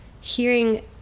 hearing